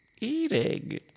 eating